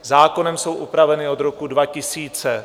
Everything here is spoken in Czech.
Zákonem jsou upraveny od roku 2000.